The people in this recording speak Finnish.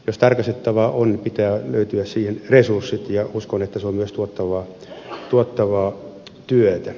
jos tarkastettavaa on pitää siihen löytyä resurssit ja uskon että se on myös tuottavaa työtä